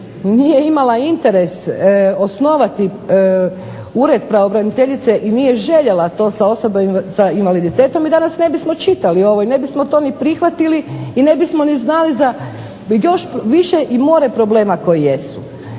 nije imala interes osnovati Ured pravobraniteljice i nije željela to sa invaliditetom mi danas ne bismo čitali ovo i ne bismo to ni prihvatili i ne bismo ni znali još više i more problema koji jesu.